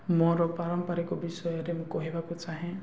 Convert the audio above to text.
ମୋର ପାରମ୍ପାରିକ ବିଷୟରେ ମୁଁ କହିବାକୁ ଚାହେଁ